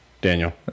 Daniel